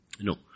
no